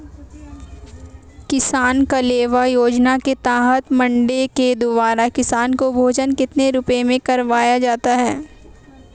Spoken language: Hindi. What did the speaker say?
किसान कलेवा योजना के तहत मंडी के द्वारा किसान को भोजन कितने रुपए में करवाया जाता है?